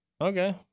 Okay